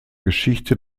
geschichte